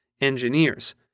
engineers